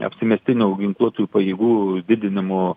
apsimestinio ginkluotųjų pajėgų didinimo